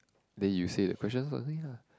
then you say the questions ah